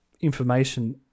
information